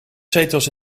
zetels